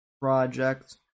project